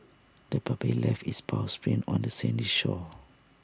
the puppy left its paw prints on the sandy shore